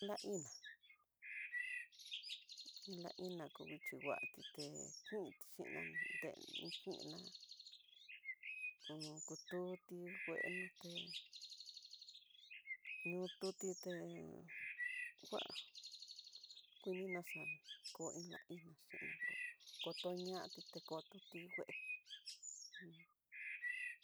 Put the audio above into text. La iná, la iná ko nguichi ngua tité kun xhina den xhiná hó kututi ngueno té ñotutité ngua kuni naxa'a, ko iin la iná xhina kó, kodoñati te koto tingue un.